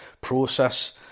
process